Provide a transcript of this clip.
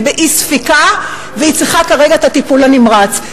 היא באי-ספיקה והיא צריכה כרגע את הטיפול הנמרץ,